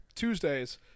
Tuesdays